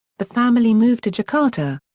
the family moved to jakarta.